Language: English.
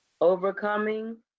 Overcoming